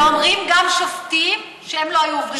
ואומרים גם שופטים שהם לא היו עוברים בכלל.